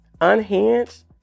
Unhinged